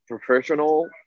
professional